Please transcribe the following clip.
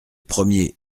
premier